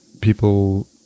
people